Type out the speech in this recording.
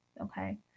okay